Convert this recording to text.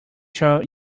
sure